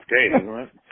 Okay